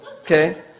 Okay